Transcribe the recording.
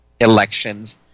elections